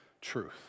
truth